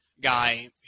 guy